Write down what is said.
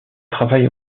travaille